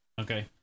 Okay